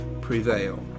prevail